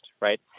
right